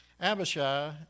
Abishai